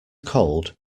cold